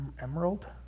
Emerald